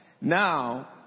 Now